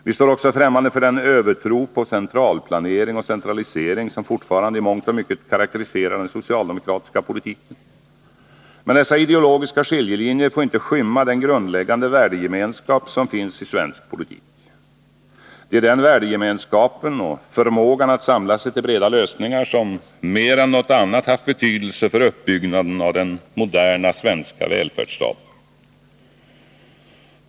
Vi står också ftämmande för den övertro på centralplanering och centralisering som fortfarande i mångt och mycket karakteriserar den socialdemokratiska politiken. Men dessa ideologiska skiljelinjer får inte skymma den grundläggande värdegemenskap som finns i svensk politik. Det är den värdegemenskapen och förmågan att samla sig till breda lösningar som mer än något annat haft betydelse för uppbyggnaden av den moderna svenska välfärdsstaten.